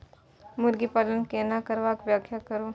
मुर्गी पालन केना करब व्याख्या करु?